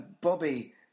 Bobby